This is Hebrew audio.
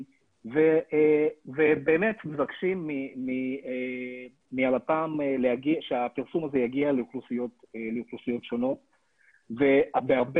ובאמת מבקשים מלפ"מ שהפרסום הזה יגיע לאוכלוסיות שונות ובהרבה